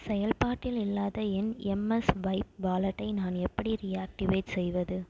செயல்பாட்டில் இல்லாத என் எம்எஸ்வைப் வாலெட்டை நான் எப்படி ரீ ஆக்டிவேட் செய்வது